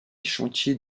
chantiers